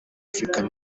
african